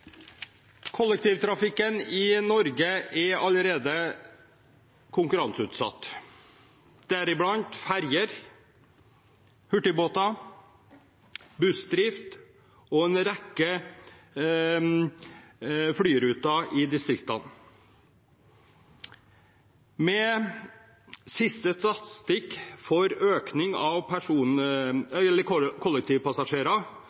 deriblant ferjer, hurtigbåter, bussdrift og en rekke flyruter i distriktene. Ut fra siste